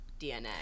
DNA